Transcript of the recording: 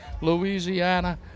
Louisiana